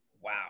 Wow